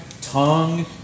tongue